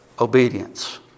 Obedience